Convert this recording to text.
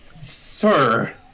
Sir